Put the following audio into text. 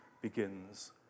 begins